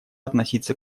относиться